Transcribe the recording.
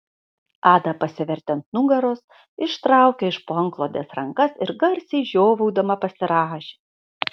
ada pasivertė ant nugaros ištraukė iš po antklodės rankas ir garsiai žiovaudama pasirąžė